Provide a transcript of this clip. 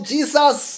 Jesus